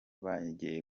bongeye